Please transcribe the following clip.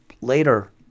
later